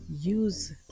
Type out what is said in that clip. Use